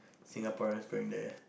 Singaporeans going there